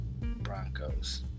Broncos